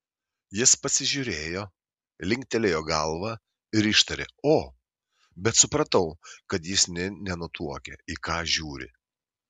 jis pasižiūrėjo linktelėjo galva ir ištarė o bet supratau kad jis nė nenutuokia į ką žiūri